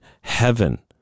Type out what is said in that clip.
heaven